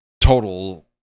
total